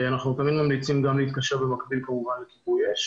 אנחנו תמיד ממליצים גם להתקשר במקביל כמובן לכיבוי אש.